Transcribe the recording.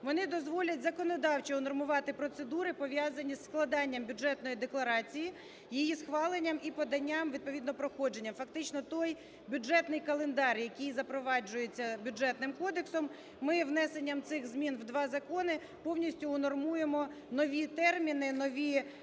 Вони дозволять законодавчо унормувати процедури, пов'язані з складанням бюджетної декларації, її схваленням і поданням, відповідно проходженням. Фактично той бюджетний календар, який запроваджується Бюджетним кодексом, ми внесенням цих змін в два закони повністю унормуємо нові терміни, нові